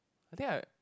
I think I